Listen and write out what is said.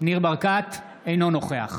אינו נוכח